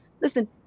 Listen